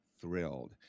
thrilled